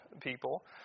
people